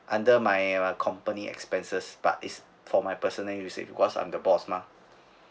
under my uh company expenses but it's for my personal use because I'm the boss mah